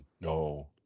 No